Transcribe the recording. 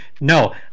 No